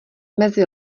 mezi